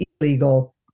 illegal